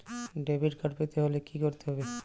Debit card পেতে হলে কি করতে হবে?